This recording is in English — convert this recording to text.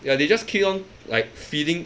ya they just keep on like feeding